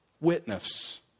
Witness